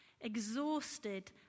exhausted